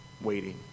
waiting